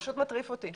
זה פשוט מטריף אותי,